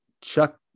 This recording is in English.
chuck